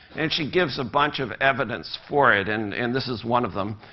and she gives a bunch of evidence for it, and and this is one of them.